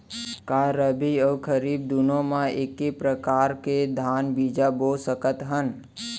का रबि अऊ खरीफ दूनो मा एक्के प्रकार के धान बीजा बो सकत हन?